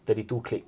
thirty two click